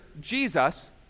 Jesus